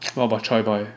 what about Choy Boy